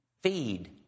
feed